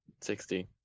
Sixty